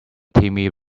timmy